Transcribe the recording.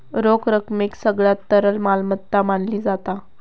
रोख रकमेक सगळ्यात तरल मालमत्ता मानली जाता